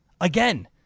Again